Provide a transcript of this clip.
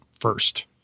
first